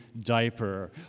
diaper